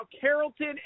Carrollton